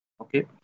Okay